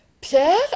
Pierre